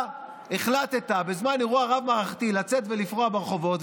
אתה החלטת בזמן אירוע רב-מערכתי לצאת ולפרוע ברחובות,